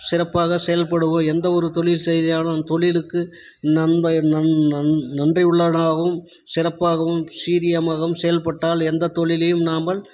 சிறப்பாக செயல்படுவோம் எந்த ஒரு தொழில் செய்தாலும் தொழிலுக்கு நன் நன் நன்றியுள்ளவராகவும் சிறப்பாகவும் சீரியமாகவும் செயல்பட்டால் எந்த தொழிலையும் நாம்ப